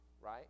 right